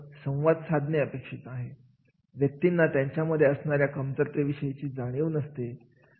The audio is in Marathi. त्यानंतर या वर्गीकरणानुसार कार्यक्रमाची रचना ठरविण्यात येते आणि या कार्यक्रमाच्या रचनेवर आधारित याची प्रक्रिया या ठरवले जाते